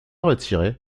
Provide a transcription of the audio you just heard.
retirés